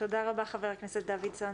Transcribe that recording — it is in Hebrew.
תודה רבה ח"כ דוידסון.